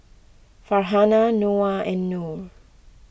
Farhanah Noah and Nor